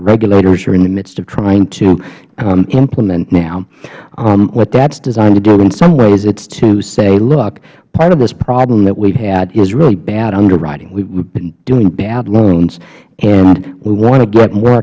regulators are in the midst of trying to implement now what that is designed to do in some ways it is to say look part of this problem that we had is really bad underwriting we have been doing bad loans and we want to get more